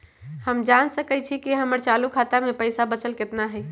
हम जान सकई छी कि हमर चालू खाता में पइसा बचल कितना हई